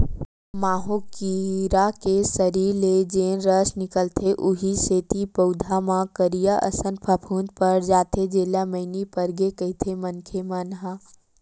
माहो कीरा के सरीर ले जेन रस निकलथे उहीं सेती पउधा म करिया असन फफूंद पर जाथे जेला मइनी परगे कहिथे मनखे मन ह